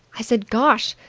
i said gosh!